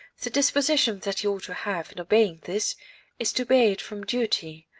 the disposition that he ought to have in obeying this is to obey it from duty,